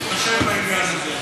תתחשב בעניין הזה.